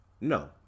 No